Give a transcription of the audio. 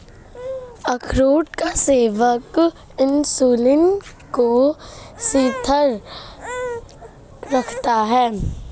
अखरोट का सेवन इंसुलिन को स्थिर रखता है